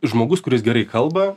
žmogus kuris gerai kalba